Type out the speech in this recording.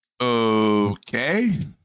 Okay